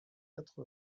quatre